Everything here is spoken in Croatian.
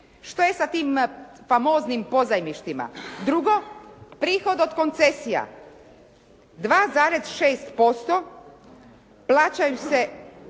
Što je sa tim famoznim pozajmištvima? Drugo, prihod od koncesija 2,6% plaćaju se,